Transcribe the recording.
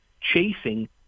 chasing